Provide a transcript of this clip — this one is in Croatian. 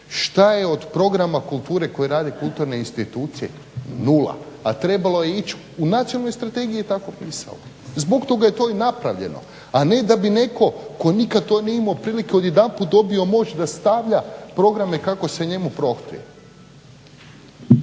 Šta je od programa kulture koje rade kulturne institucije, nula, a trebalo je ić, u nacionalnoj strategiji je tako pisalo, zbog toga je i to napravljeno a ne da bi netko tko nikad nije imao prilike odjedanput dobio moć da stavlja programe kako se njemu prohtje.